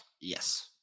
Yes